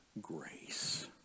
grace